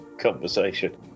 conversation